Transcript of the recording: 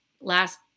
last